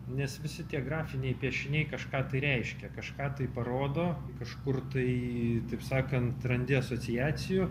nes visi tie grafiniai piešiniai kažką tai reiškia kažką tai parodo kažkur tai taip sakant randi asociacijų